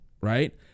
right